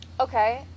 okay